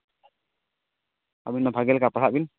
ᱟᱵᱤᱱ ᱦᱚᱸ ᱵᱷᱟᱜᱤ ᱞᱮᱠᱟ ᱯᱟᱲᱦᱟᱜ ᱵᱤᱱ